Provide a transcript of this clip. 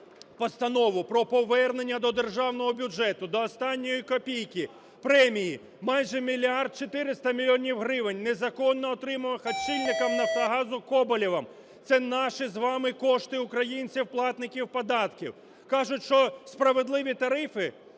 постанову про повернення до державного бюджету до останньої копійки премії майже 1 мільярд 400 мільйонів гривень, незаконно отриманих очільником "Нафтогазу" Коболєвим. Це наші з вами кошти, українців, платників податків. Кажуть, що справедливі тарифи.